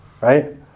Right